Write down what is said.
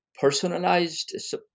personalized